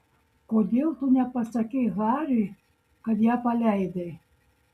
kodėl tu nepasakei hariui kad ją paleidai